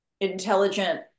intelligent